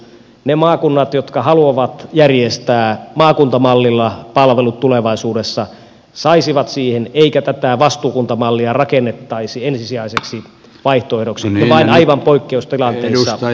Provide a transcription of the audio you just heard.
ne maakunnat jotka haluavat järjestää maakuntamallilla palvelut tulevaisuudessa saisivat siihen mahdollisuuden eikä tätä vastuukuntamallia rakennettaisi ensisijaiseksi vaihtoehdoksi että siihen vain aivan poikkeustilanteissa voitaisiin siirtyä